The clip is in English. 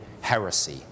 heresy